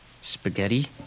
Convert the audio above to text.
Spaghetti